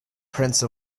prince